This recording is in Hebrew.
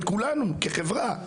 את כולנו כחברה.